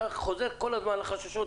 אתה חוזר כל הזמן על החששות,